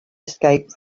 escape